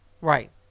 right